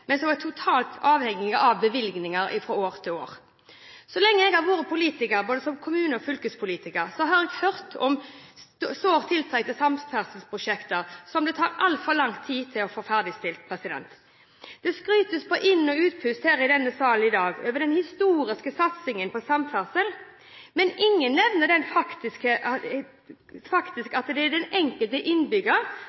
men som er totalt avhengig av bevilgninger fra år til år. Så lenge jeg har vært politiker, både kommune- og fylkespolitiker, har jeg hørt om sårt tiltrengte samferdselsprosjekt som det tar altfor lang tid å få ferdigstilt. Det skrytes på inn- og utpust i denne sal i dag over den historiske satsingen på samferdsel, men ingen nevner at det faktisk er den